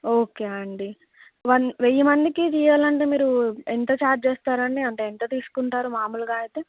okay అండి one వెయ్యి మందికి చెయాలంటే మీరు ఎంత ఛార్జ్ చేస్తారండి అంటే ఎంత తీసుకుంటారు మామూలుగా అయితే